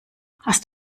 hast